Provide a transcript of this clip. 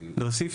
להוסיף.